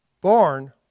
born